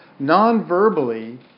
Non-verbally